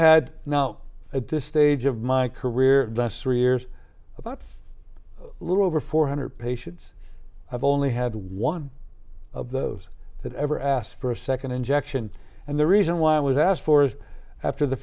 had now at this stage of my career thus rears about a little over four hundred patients i've only had one of those that ever asked for a second injection and the reason why i was asked for is after the